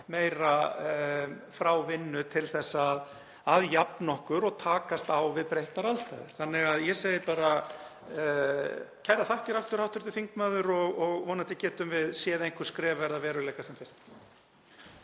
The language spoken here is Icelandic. meira frá vinnu til að jafna okkur og takast á við breyttar aðstæður. Þannig að ég segi bara kærar þakkir aftur, hv. þingmaður, og vonandi getum við séð einhver skref verða að veruleika sem fyrst.